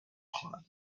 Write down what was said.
خواهد